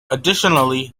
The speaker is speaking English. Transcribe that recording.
additionally